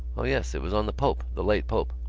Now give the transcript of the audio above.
o yes, it was on the pope, the late pope.